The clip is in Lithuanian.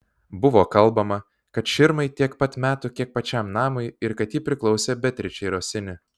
buvo kalbama kad širmai tiek pat metų kiek pačiam namui ir kad ji priklausė beatričei rosini